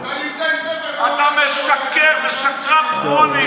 אתה נמצא עם ספר, אתה משקר ושקרן כרוני.